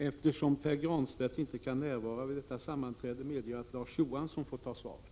Eftersom Pär Granstedt inte kan närvara vid detta sammanträde medger jag att Larz Johansson får ta emot svaret.